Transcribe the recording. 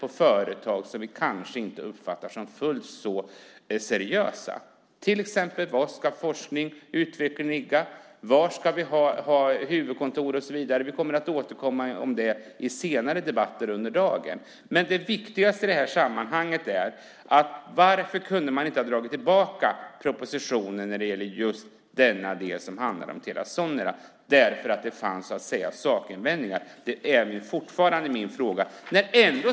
Var ska till exempel forskning och utveckling ligga? Var ska vi ha huvudkontor och så vidare? Vi återkommer om det i senare debatter under dagen. Det viktigaste i det här sammanhanget är: Varför kunde man inte ha dragit tillbaka propositionen när det gäller den del som handlar om Telia Sonera eftersom det fanns sakinvändningar? Det är fortfarande min fråga.